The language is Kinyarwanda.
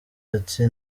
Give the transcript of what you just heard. ati